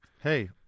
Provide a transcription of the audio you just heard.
Hey